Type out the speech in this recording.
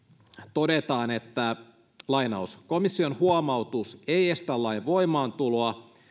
todetaan komission huomautus ei estä lain voimaantuloa